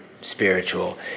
spiritual